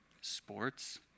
Sports